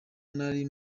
nari